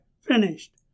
finished